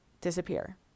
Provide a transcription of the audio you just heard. disappear